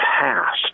past